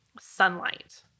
sunlight